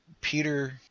Peter